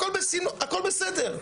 הכול בסדר,